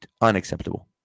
unacceptable